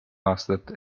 aastat